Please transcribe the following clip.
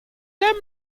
aime